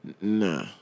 Nah